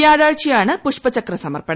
വൃാഴാഴ്ചയാണ് പുഷ്പചക്ര സമർപ്പണം